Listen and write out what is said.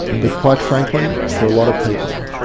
but quite frankly, for a lot of people,